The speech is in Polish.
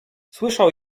słyszał